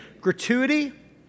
Gratuity